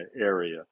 area